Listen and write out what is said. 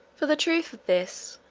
for the truth of this,